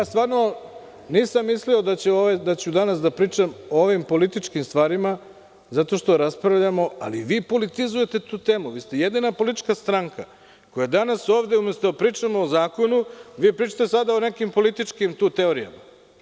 Stvarno nisam mislio da ću danas da pričam o ovim političkim stvarima zato što raspravljamo, ali vi politizujete tu temu, vi ste jedina politička stranka koja danas ovde umesto da pričamo o zakonu, vi pričate sada o nekim političkim teorijama.